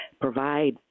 provide